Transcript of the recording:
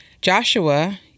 Joshua